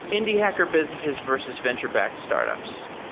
indie hacker businesses versus venture backed startups.